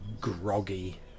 groggy